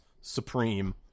supreme